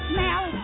Smell